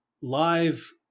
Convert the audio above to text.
live